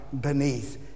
beneath